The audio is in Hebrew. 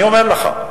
אני אומר לך,